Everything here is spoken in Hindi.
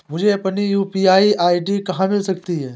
मुझे अपनी यू.पी.आई आई.डी कहां मिल सकती है?